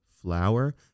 flour